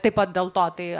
taip pat dėl to tai